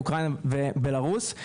אוקראינה ובלארוס,